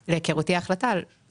זה מיקור חוץ או מתוך המשרד?